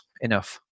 enough